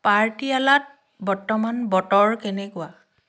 পটিয়ালাত বৰ্তমান বতৰ কেনেকুৱা